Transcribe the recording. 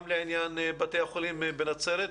גם לעניין בתי החולים בנצרת,